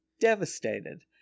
devastated